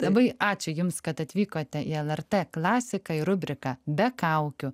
labai ačiū jums kad atvykote į lrt klasiką ir rubriką be kaukių